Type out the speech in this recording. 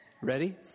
Ready